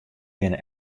binne